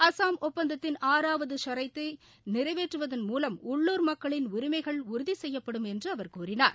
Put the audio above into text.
அஸ்ஸாம் ஒப்பந்தத்தின் ஆறாவது ஷரத்தை நிறைவேற்றுவதன் மூவம் உள்ளூர் மக்களின் உரிமைகள் உறுதி செய்யப்படும் என்று அவர் கூநினார்